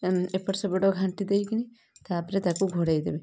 ଏପଟ ସେପଟ ଘାଣ୍ଟି ଦେଇକିନା ତା'ପରେ ତାକୁ ଘୋଡ଼ାଇ ଦେବେ